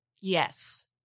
Yes